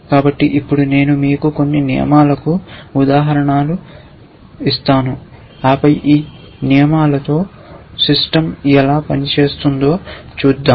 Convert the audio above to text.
కాబట్టి ఇప్పుడు నేను మీకు కొన్ని నియమాలకు ఉదాహరణలు ఇస్తాను ఆపై ఈ నియమాలతో సిస్టమ్ ఎలా పనిచేస్తుందో చూద్దాం